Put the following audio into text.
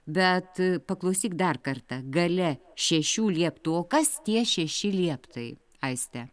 bet paklausyk dar kartą gale šešių lieptų o kas tie šeši lieptai aiste